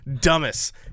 dumbest